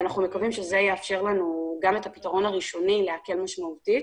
ואנחנו מקווים שזה יאפשר לנו גם את הפתרון הראשוני להקל משמעותית